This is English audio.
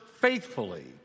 faithfully